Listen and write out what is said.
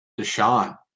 Deshaun